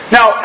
Now